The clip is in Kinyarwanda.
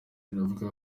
bavuga